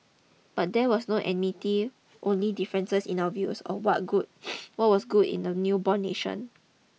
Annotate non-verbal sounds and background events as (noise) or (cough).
but there was no enmity only differences in our views of what good (noise) what was good in the newborn nation